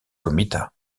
comitat